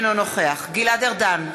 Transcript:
אינו נוכח גלעד ארדן,